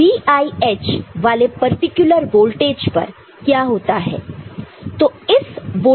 तो VIH वाले particular voltage पर क्या होता है